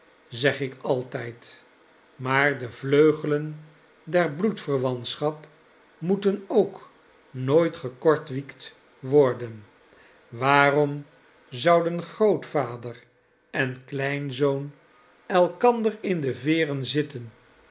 zeg ik altijd maar de vleugelen der bloedverwantschap moeten ook nooit gekortwiekt worden waarom zouden grootvader en kleinzoon elkwiwm nnw nelly ander in de veeren zitten